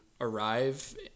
arrive